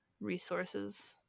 resources